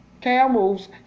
camels